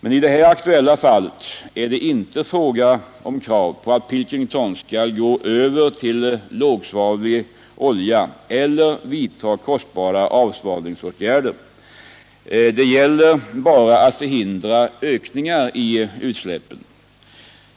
Men i det här aktuella fallet är det inte fråga om krav på att Pilkington skall gå över till lågsvavlig olja eller vidta kostsamma avsvavlingsåtgärder. Det gäller bara att förhindra ökningar i utsläppen.